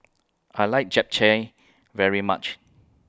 I like Japchae very much